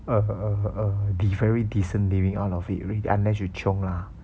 a a a very decent living out of it unless you chiong lah